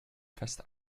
fest